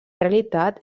realitat